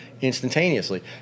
instantaneously